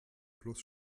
plus